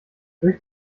durch